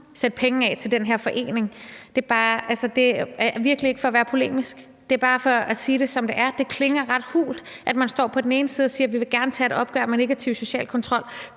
sætte penge af til den her forening. Det er virkelig ikke for at være polemisk; det er bare for sige det, som det er: Det klinger ret hult, at man på den ene side står og siger, at man godt vil tage et opgør med negativ social kontrol,